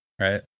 right